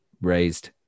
raised